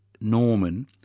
Norman